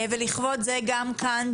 ולכבוד זה גם כאן,